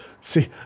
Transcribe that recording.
See